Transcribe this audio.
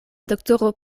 doktoro